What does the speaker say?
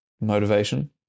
motivation